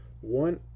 One